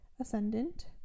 ascendant